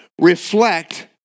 reflect